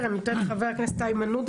זה ההרכב האמיתי של השוטרים שנמצאים בהר הבית.